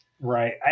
Right